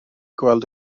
gweld